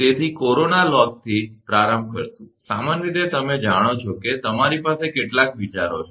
તેથી કોરોના લોસથી પ્રારંભ કરીશું સામાન્ય રીતે તમે જાણો છો કે તમારી પાસે કેટલાક વિચારો છે